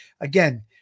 again